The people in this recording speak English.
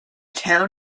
town